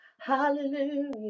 hallelujah